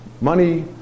money